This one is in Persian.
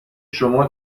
شما